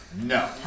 no